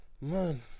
man